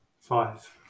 five